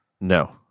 No